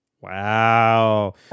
Wow